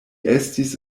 estis